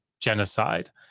genocide